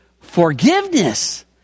forgiveness